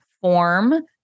form